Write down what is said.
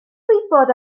gwybod